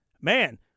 Man